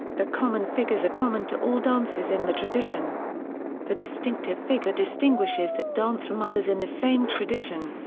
the common figures are common to all dances in the tradition the distinctive figure distinguishes that dance from others in the same tradition.